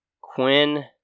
Quinn